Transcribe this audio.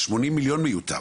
ה-80 מיליון מיותר.